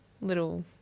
little